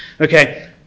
Okay